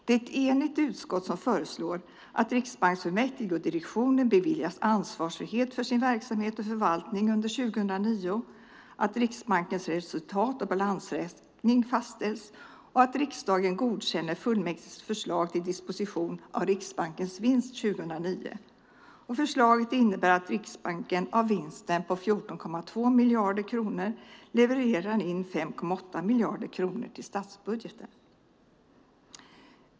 Det är ett enigt utskott som föreslår att riksbanksfullmäktige och direktionen beviljas ansvarsfrihet för sin verksamhet och förvaltning under 2009, att Riksbankens resultat och balansräkning fastställs och att riksdagen godkänner fullmäktiges förslag till disposition av Riksbankens vinst 2009. Förslaget innebär att Riksbanken av vinsten på 14,2 miljarder kronor levererar in 5,8 miljarder kronor till statsbudgeten.